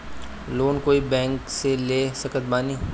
Loan कोई bank से ले सकत बानी?